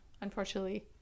unfortunately